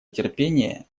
терпение